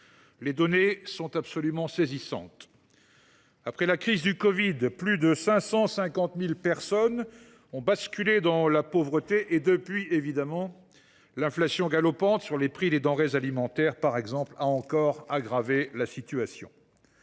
les données sont absolument saisissantes : après la crise du covid, plus de 550 000 personnes ont basculé dans la pauvreté ; depuis, l’inflation galopante et la hausse des prix des denrées alimentaires ont encore aggravé la situation.